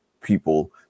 people